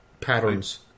Patterns